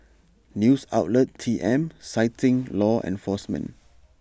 news outlet T M citing law enforcement